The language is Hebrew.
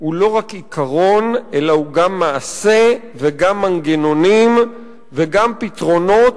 הוא לא רק עיקרון אלא הוא גם מעשה וגם מנגנונים וגם פתרונות